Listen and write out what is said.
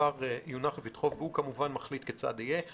הדבר יונח לפתחו והוא, כמובן, מחליט כיצד יהיה.